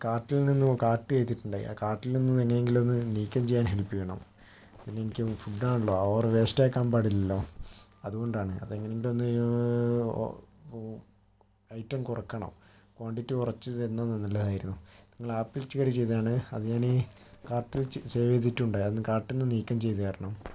അപ്പോൾ അത് കാർട്ടിൽ നിന്നും കാർട്ട് ചെയ്തിട്ടുണ്ടായി ആ കാർട്ടിൽ നിന്നും എങ്ങനെയെങ്കിലും ഒന്ന് നീക്കം ചെയ്യാൻ ഹെല്പ് ചെയ്യണം പിന്നെ എനിക്ക് ഫുഡ് ആണല്ലോ ഓവർ വേസ്റ്റ് ആക്കാൻ പാടില്ലല്ലോ അതുകൊണ്ടാണ് അത് എങ്ങനെയെങ്കിലും ഒന്ന് ഐറ്റം കുറക്കണം ക്വാണ്ടിറ്റി കുറച്ചു തന്ന നല്ലതായിരുന്നു നിങ്ങളെ ആപ്പിൽ കയറി ചെയ്തതാണ് അത് ഞാൻ ഈ കാർട്ടിൽ സേവ് ചെയ്തിട്ടുണ്ട് അതൊന്നും കാർട്ടിൽ നിന്ന് നീക്കം ചെയ്ത് തരണം